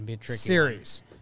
series